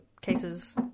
cases